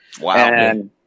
Wow